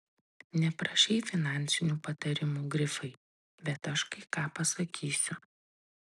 neprašei finansinių patarimų grifai bet aš kai ką pasakysiu